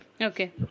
Okay